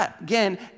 again